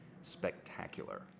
spectacular